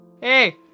Hey